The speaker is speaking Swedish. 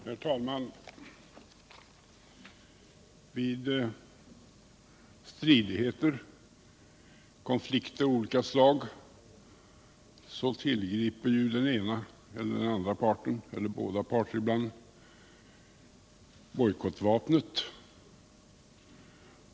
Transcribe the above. Herr talman! Vid stridigheter och konflikter av olika slag tillgriper ju den ena eller den andra parten eller båda parter ibland bojkottvapnet.